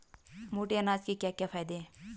मोटे अनाज के क्या क्या फायदे हैं?